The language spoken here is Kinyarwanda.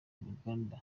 uruganda